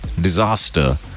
disaster